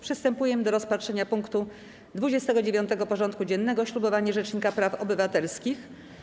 Przystępujemy do rozpatrzenia punktu 29. porządku dziennego: Ślubowanie Rzecznika Praw Obywatelskich.